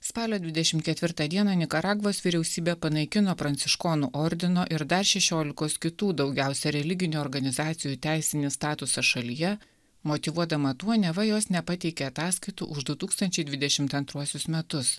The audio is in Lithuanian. spalio dvidešim ketvirtą dieną nikaragvos vyriausybė panaikino pranciškonų ordino ir dar šešiolikos kitų daugiausia religinių organizacijų teisinį statusą šalyje motyvuodama tuo neva jos nepateikė ataskaitų už du tūkstančiai dvidešimt antruosius metus